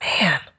Man